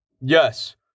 Yes